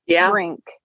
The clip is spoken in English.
drink